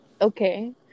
okay